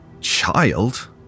Child